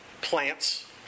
plants